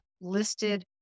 listed